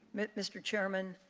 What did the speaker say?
mr. chairman,